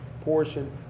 portion